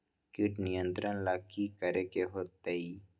किट नियंत्रण ला कि करे के होतइ?